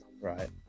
right